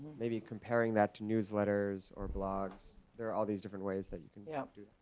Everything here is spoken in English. maybe comparing that to newsletters or blogs. there are all these different ways that you can yeah do.